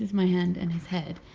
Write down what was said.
my hand and his head,